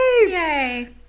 Yay